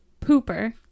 Pooper